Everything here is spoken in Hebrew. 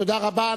תודה רבה.